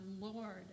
Lord